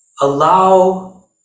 allow